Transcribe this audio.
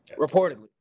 Reportedly